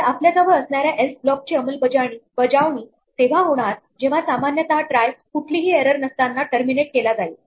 तर आपल्याजवळ असणाऱ्या एल्स ब्लॉकची अंमलबजावणी तेव्हा होणार जेव्हा सामान्यतः ट्राय कुठलीही एरर नसताना टर्मिनेट केला जाईल